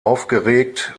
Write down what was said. aufgeregt